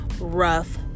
rough